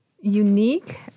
Unique